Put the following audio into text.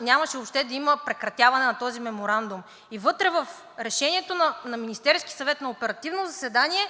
нямаше въобще да има прекратяване на този меморандум. Вътре в Решението на Министерския съвет на оперативно заседание